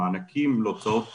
המענקים להוצאות קבועות,